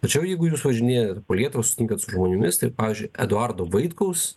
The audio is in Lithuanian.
tačiau jeigu jūs važinėjat po lietuvą susitinkat su žmonėmis tai pavyzdžiui eduardo vaitkaus